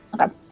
Okay